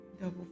double